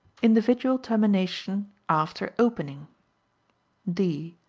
individual termination after opening d.